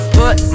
put